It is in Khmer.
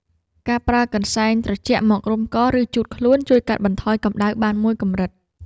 ការប្រើកន្សែងត្រជាក់មករុំក ឬជូតខ្លួន ជួយកាត់បន្ថយកម្ដៅបានមួយកម្រិត។